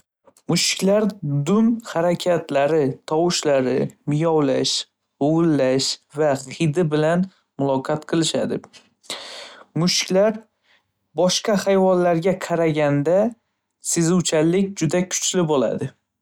Mushuklar dum harakatlari, tovushlar miyovlash, g‘uvillash va hidi bilan muloqot qilishadi. Mushuklar boshqa hayvonlarga qaraganda sezuvchanlik kuchli bo'ladi.